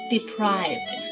Deprived